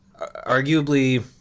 arguably